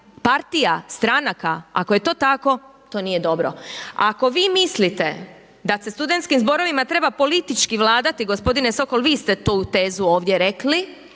Partija, stranaka. Ako je to tako to nije dobro. Ako vi mislite da se studentskim zborovima treba politički vladati gospodine Sokol vi ste tu tezu ovdje rekli